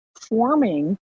forming